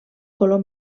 color